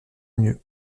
mieux